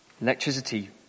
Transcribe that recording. Electricity